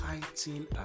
fighting